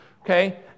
Okay